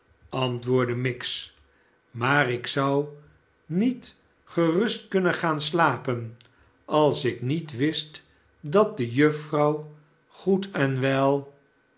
antwoordde miggs maar ik zou niet gerust kunnen gaan slapen als ik niet wist dat de juffrouw goed en wel